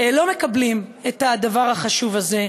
לא מקבלים את הדבר החשוב הזה.